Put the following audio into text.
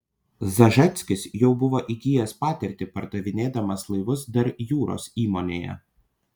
zažeckis jau buvo įgijęs patirtį pardavinėdamas laivus dar jūros įmonėje